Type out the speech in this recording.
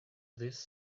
this